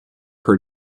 her